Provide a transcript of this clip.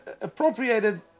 appropriated